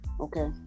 Okay